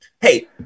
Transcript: Hey